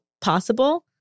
possible